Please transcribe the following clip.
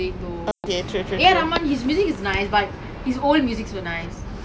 tamil தான்:thaan lah like !wah! especially the two thousand songs right !wah!